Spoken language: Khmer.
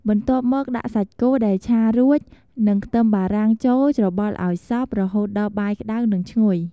បន្ទាប់មកដាក់សាច់គោដែលឆារួច និងខ្ទឹមបារាំងចូល ច្របល់ឱ្យសព្វ រហូតដល់បាយក្តៅ និង ឈ្ងុយ។